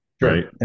right